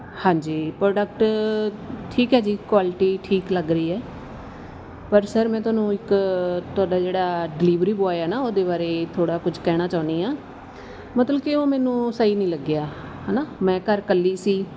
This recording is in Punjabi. ਹਾਂਜੀ ਪ੍ਰੋਡਕਟ ਠੀਕ ਹੈ ਜੀ ਕੁਆਲਿਟੀ ਠੀਕ ਲੱਗ ਰਹੀ ਹੈ ਪਰ ਸਰ ਮੈਂ ਤੁਹਾਨੂੰ ਇੱਕ ਤੁਹਾਡਾ ਜਿਹੜਾ ਡਿਲੀਵਰੀ ਬੋਆਏ ਆ ਨਾ ਉਹਦੇ ਬਾਰੇ ਥੋੜ੍ਹਾ ਕੁਝ ਕਹਿਣਾ ਚਾਹੁੰਦੀ ਹਾਂ ਮਤਲਬ ਕਿ ਉਹ ਮੈਨੂੰ ਸਹੀ ਨਹੀਂ ਲੱਗਿਆ ਹੈ ਨਾ ਮੈਂ ਘਰ ਇਕੱਲੀ ਸੀ